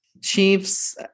Chiefs